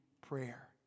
prayer